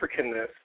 Africanness